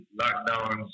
lockdowns